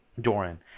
Doran